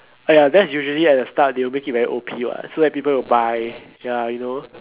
ah ya that's usually at the start they will make it very O_P what so that people will buy ya you know